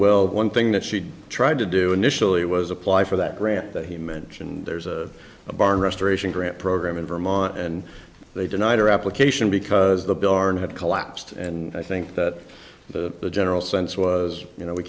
well one thing that she tried to do initially was apply for that grant that he mentioned there's a barn restoration grant program in vermont and they denied her application because the barn had collapsed and i think that the general sense was you know we